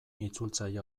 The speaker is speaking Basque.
itzultzaile